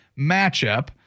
matchup